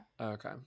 Okay